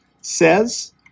says